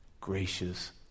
gracious